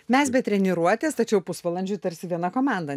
mes be treniruotės tačiau pusvalandžiui tarsi viena komanda